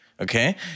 okay